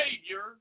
Savior